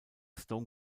stone